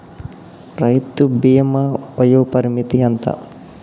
రైతు బీమా వయోపరిమితి ఎంత?